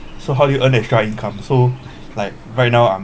so how do you earn extra income so like right now I'm